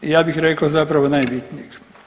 Ja bih rekao zapravo najbitnijeg.